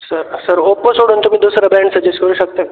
sir sir Oppo सोडून तुम्ही दुसरा ब्रँड सजेश्ट करू शकता